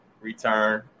return